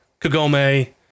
Kagome